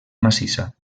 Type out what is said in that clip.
massissa